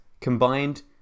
combined